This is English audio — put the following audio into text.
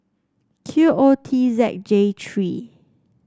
Q O T Z J three